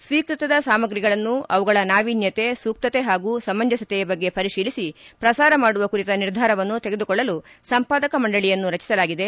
ಶ್ವೀಕೃತದ ಸಾಮಗಿಗಳನ್ನು ಅವುಗಳ ನಾವೀನ್ಯಕೆ ಸೂಕ್ತಕೆ ಹಾಗೂ ಸಮಂಜಸತೆಯ ಬಗ್ಗೆ ಪರಿಶೀಲಿಸಿ ಪ್ರಸಾರ ಮಾಡುವ ಕುರಿತ ನಿರ್ಧಾರವನ್ನು ತೆಗೆದುಕೊಳ್ಳಲು ಸಂಪಾದಕ ಮಂಡಳಿಯನ್ನು ರಚಿಸಲಾಗಿದೆ